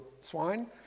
swine